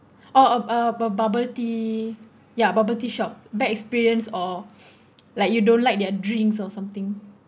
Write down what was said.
oh uh a bubble tea ya bubble tea shop bad experience or like you don't like their drinks or something